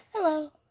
Hello